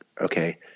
okay